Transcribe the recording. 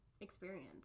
experience